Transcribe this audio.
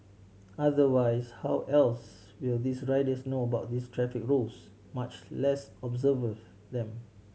otherwise how else will these riders know about this traffic rules much less observe them